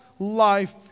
life